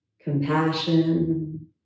compassion